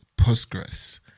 postgres